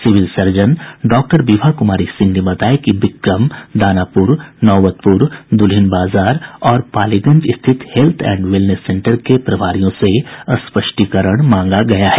civil surgeon doctor Vibha Kumari Singh ने बताया कि बिक्रम दानापुर नौबतपुर दुल्हिनबाजार और पालीगंज स्थित हेत्थ एंड वेलनेस सेंटर के प्रभारियों से स्पष्टीकरण मांगा गया है